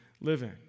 living